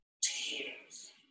tears